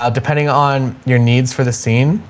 ah depending on your needs for the scene,